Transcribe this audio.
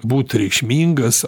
būt reikšmingas